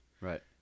Right